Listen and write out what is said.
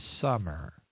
summer